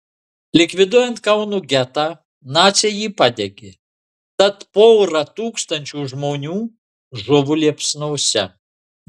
likviduojant kauno getą naciai jį padegė tad pora tūkstančių žmonių žuvo liepsnose